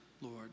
Lord